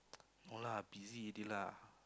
no lah busy already lah